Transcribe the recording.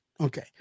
Okay